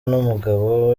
n’umugabo